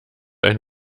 ein